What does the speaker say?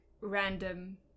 random